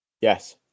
Yes